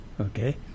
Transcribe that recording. okay